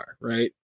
right